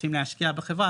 רוצים להשקיע בחברה,